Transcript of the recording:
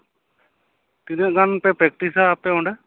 ᱛᱤᱱᱟᱹᱜ ᱜᱟᱱᱯᱮ ᱯᱨᱮᱠᱴᱤᱥᱟ ᱟᱯᱮ ᱚᱸᱰᱮ